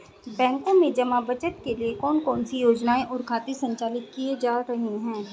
बैंकों में जमा बचत के लिए कौन कौन सी योजनाएं और खाते संचालित किए जा रहे हैं?